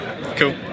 Cool